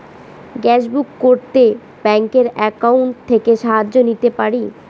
Gas book করতে ব্যাংকের account থেকে সাহায্য নিতে পারি?